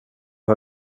har